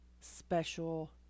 special